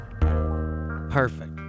Perfect